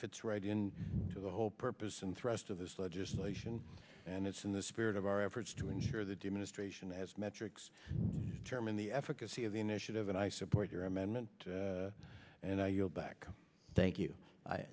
fits right in to the whole purpose and thrust of this legislation and it's in the spirit of our efforts to ensure that the administration has metrics chairman the efficacy of the initiative and i support your amendment and i yield back thank you